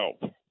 help